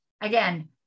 Again